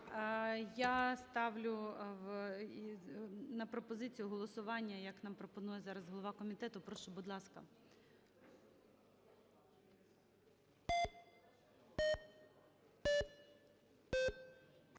Я ставлю на пропозицію голосування, як нам пропонує зараз голова комітету. Прошу, будь ласка.